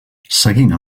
seguint